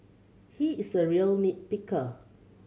he is a real nit picker